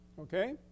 Okay